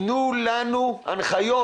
תנו לנו הנחיות.